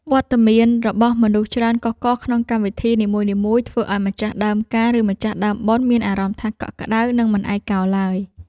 វត្តមានរបស់មនុស្សច្រើនកុះករក្នុងកម្មវិធីនីមួយៗ ធ្វើឱ្យម្ចាស់ដើមការឬម្ចាស់ដើមបុណ្យមានអារម្មណ៍ថាកក់ក្តៅ និងមិនឯកោឡើយ។